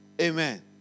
Amen